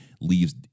leaves